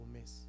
miss